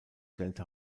delta